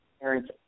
parents